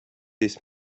this